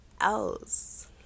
else